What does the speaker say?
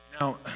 Now